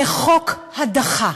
זה חוק הדחה.